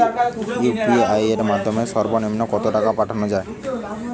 UPI এর মাধ্যমে সর্ব নিম্ন কত টাকা পাঠানো য়ায়?